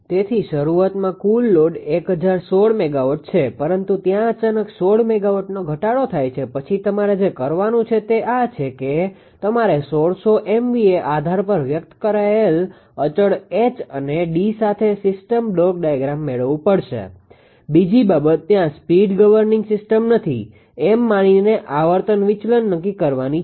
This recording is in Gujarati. તેથી શરૂઆતમાં કુલ લોડ 1016 મેગાવોટ છે પરંતુ ત્યાં અચાનક 16 મેગાવોટનો ઘટાડો થાય છે પછી તમારે જે કરવાનું છે તે એ છે કે તમારે 1600 MVA આધાર પર વ્યક્ત કરાયેલ અચળ H અને D સાથે સિસ્ટમ બ્લોક ડાયાગ્રામ મેળવવું પડશે બીજી બાબત ત્યાં સ્પીડ ગવર્નીંગ સિસ્ટમ નથી એમ માનીને આવર્તન વિચલન નક્કી કરવાની છે